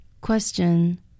Question